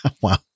Wow